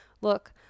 Look